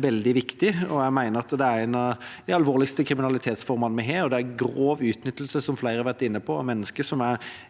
veldig viktig, og jeg mener at det er en av de alvorligste kriminalitetsformene vi har. Det er grov utnyttelse, som flere har vært inne på, av mennesker som er